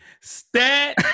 Stat